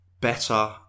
better